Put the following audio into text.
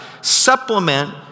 supplement